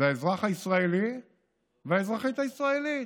האזרח הישראלי והאזרחית הישראלית,